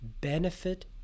benefit